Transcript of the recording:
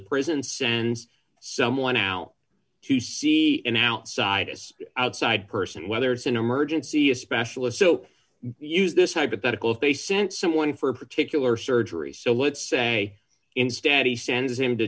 prison sends someone out to see an outside as outside person whether it's an emergency a specialist so use this hypothetical if they sent someone for a particular surgery so let's say instead he stands him to